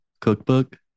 cookbook